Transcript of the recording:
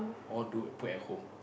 all do put at home